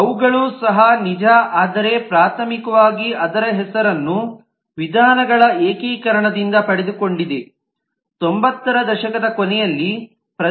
ಅವುಗಳು ಸಹ ನಿಜ ಆದರೆ ಪ್ರಾಥಮಿಕವಾಗಿ ಅದರ ಹೆಸರನ್ನು ವಿಧಾನಗಳ ಏಕೀಕರಣದಿಂದ ಪಡೆದುಕೊಂಡಿದೆ 90 ರ ದಶಕದ ಕೊನೆಯಲ್ಲಿ ಪ್ರತಿನಿಧಿಸಲಾಗಿದೆ